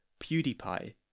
PewDiePie